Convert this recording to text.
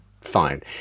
Fine